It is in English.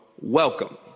welcome